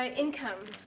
um income.